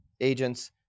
agents